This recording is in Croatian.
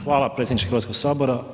Hvala predsjedniče Hrvatskog sabora.